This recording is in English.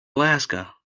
alaska